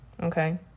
okay